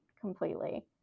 completely